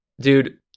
dude